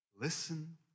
Listen